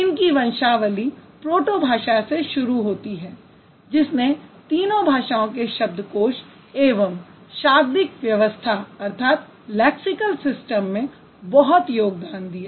इनकी वंशावली प्रोटो भाषा से शुरू होती है जिसने तीनों भाषाओं के शब्दकोश एवं शाब्दिक व्यवस्था में बहुत योगदान दिया